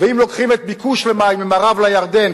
ואם לוקחים את הביקוש למים ממערב לירדן,